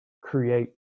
create